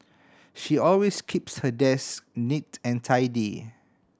she always keeps her desk neat and tidy